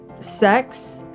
Sex